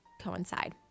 coincide